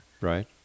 Right